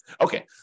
Okay